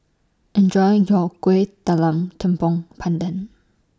Enjoy your Kuih Talam Tepong Pandan